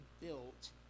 built